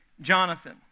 Jonathan